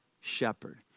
shepherd